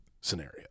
scenario